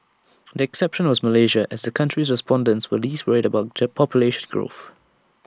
the exception was Malaysia as the country's respondents were least worried about J population growth